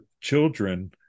children